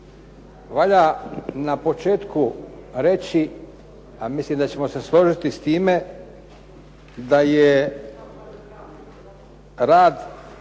Valja na početku reći, a mislim da ćemo se složiti s time, da je rad